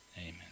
Amen